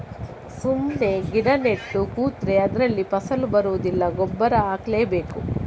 ಸುಮ್ಮನೆ ಗಿಡ ನೆಟ್ಟು ಕೂತ್ರೆ ಅದ್ರಲ್ಲಿ ಫಸಲು ಬರುದಿಲ್ಲ ಗೊಬ್ಬರ ಹಾಕ್ಲೇ ಬೇಕು